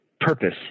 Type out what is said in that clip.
purpose